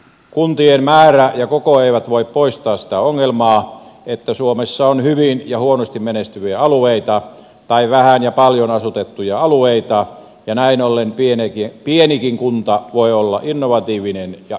kuntien määrä ja koko eivät voi poistaa sitä ongelmaa että suomessa on hyvin ja huonosti menestyviä alueita tai vähän ja paljon asutettuja alueita ja näin ollen pienikin kunta voi olla innovatiivinen ja elinvoimainen